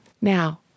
Now